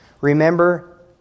Remember